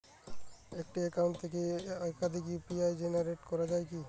একটি অ্যাকাউন্ট থেকে একাধিক ইউ.পি.আই জেনারেট করা যায় কি?